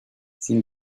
sin